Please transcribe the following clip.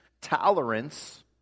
tolerance